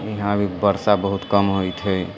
इहाँ अभी वर्षा बहुत कम होइत हइ